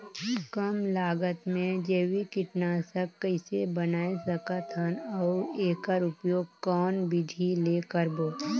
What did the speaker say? कम लागत मे जैविक कीटनाशक कइसे बनाय सकत हन अउ एकर उपयोग कौन विधि ले करबो?